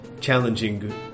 challenging